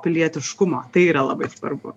pilietiškumo tai yra labai svarbu